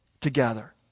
together